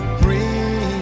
bring